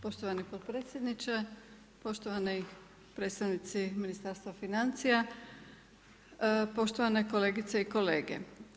Poštovani potpredsjedniče, poštovani predstavnici Ministarstva financija, poštovane kolegice i kolege.